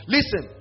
Listen